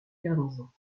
garnison